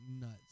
nuts